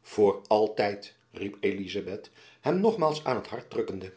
voor altijd riep elizabeth hem nogmaals aan haar hart drukkende